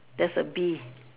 there's a bee